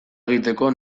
egiteko